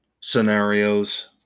scenarios